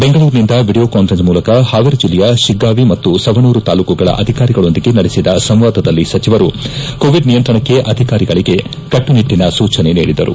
ಬೆಂಗಳೂರಿನಿಂದ video conference ಮೂಲಕ ಹಾವೇರಿ ಜಿಲ್ಲೆಯ ಶಿಗ್ಗಾವಿ ಮತ್ತು ಸವಣೂರು ತಾಲ್ಲೂಕುಗಳ ಅಧಿಕಾರಿಗಳೊಂದಿಗೆ ನಡೆಸಿದ ಸಂವಾದದಲ್ಲಿ ಸಚಿವರು ಕೋವಿಡ್ ನಿಯಂತ್ರಣಕ್ಕೆ ಅಧಿಕಾರಿಗಳಿಗೆ ಕಟ್ಟುನಿಟ್ಟಿನ ಸೂಚನೆ ನೀಡಿದರು